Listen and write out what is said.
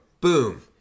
Boom